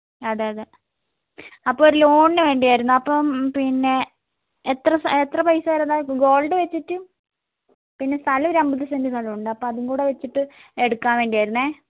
അതെ അതെ അപ്പോൾ ഒരു ലോണിന് വേണ്ടിയായിരുന്നു അപ്പം പിന്നെ എത്ര സ എത്ര പൈസ വരുന്നത് ഗോൾഡ് വെച്ചിട്ട് പിന്നെ സ്ഥലം ഒരു അമ്പത് സെന്റ് സ്ഥലം ഉണ്ട് അപ്പോൾ അതുംകൂടെ വെച്ചിട്ട് എടുക്കാൻ വേണ്ടിയായിരുന്നേ